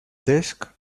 desk